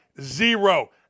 zero